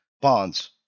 bonds